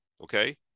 okay